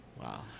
Wow